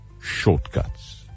shortcuts